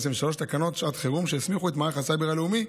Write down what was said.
תקנות שעת חירום שהסמיכו את מערך הסייבר הלאומי,